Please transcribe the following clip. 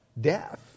death